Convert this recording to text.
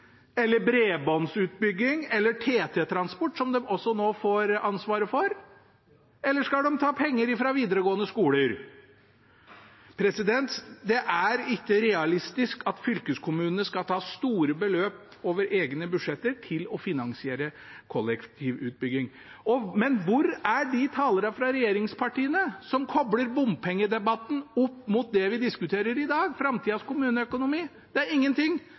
eller fra bredbåndsutbygging eller TT-transport, som de også nå får ansvaret for? Eller skal de ta penger fra videregående skoler? Det er ikke realistisk at fylkeskommunene skal ta store beløp over egne budsjetter til å finansiere kollektivutbygging. Men hvor er de talerne fra regjeringspartiene som kobler bompengedebatten til det vi diskuterer i dag – framtidas kommuneøkonomi? Det er